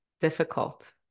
difficult